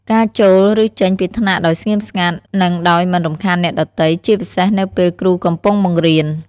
ការចូល ឬចេញពីថ្នាក់ដោយស្ងៀមស្ងាត់ និងដោយមិនរំខានអ្នកដទៃ ជាពិសេសនៅពេលគ្រូកំពុងបង្រៀន។